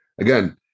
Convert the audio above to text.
again